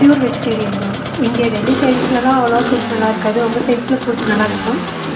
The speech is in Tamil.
ப்யூர் வெஜிடேரியன் தான் இங்கே டெல்லி சைடுஸ்லெலாம் அவ்வளோவா ஃபுட் நல்லா இருக்காது உங்கள் சைடுஸில் ஃபுட் நல்லா இருக்குமா